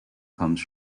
comes